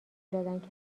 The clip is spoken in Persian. دادند